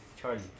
Charlie